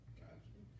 gotcha